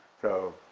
so.